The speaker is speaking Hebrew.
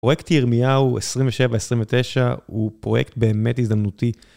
פרויקט ירמיהו 27.29 הוא פרויקט באמת הזדמנותי.